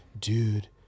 dude